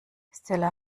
stella